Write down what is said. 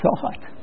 thought